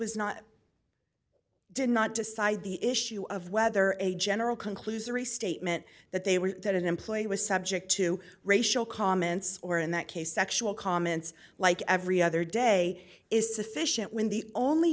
was not did not decide the issue of whether a general conclusory statement that they were that an employer was subject to racial comments or in that case sexual comments like every other day is sufficient w